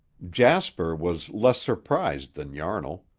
jasper was less surprised than yarnall.